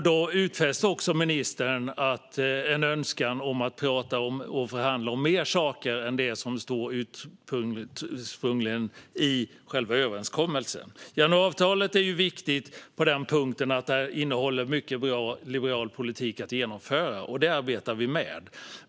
Då utfäste ministern en önskan om att prata och att förhandla om fler saker än det som ursprungligen står i själva överenskommelsen. Januariavtalet är viktigt på den punkten att den innehåller mycket och bra liberal politik att genomföra, och det arbetar vi med.